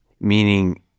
meaning